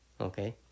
okay